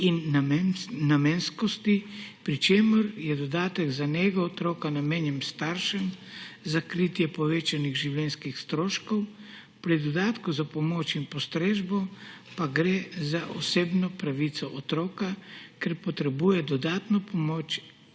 in namenskosti, pri čemer je dodatek za nego otroka namenjen staršem za kritje povečanih življenjskih stroškov, pri dodatku za pomoč in postrežbo pa gre za osebno pravico otroka, ker potrebuje dodatno pomoč